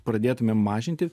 pradėtumėm mažinti